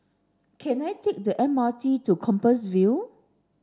can I take the M R T to Compassvale